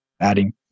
adding